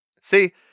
See